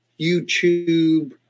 YouTube